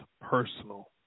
personal